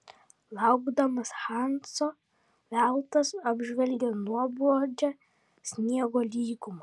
laukdamas hanso veltas apžvelgė nuobodžią sniego lygumą